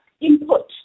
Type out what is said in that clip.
input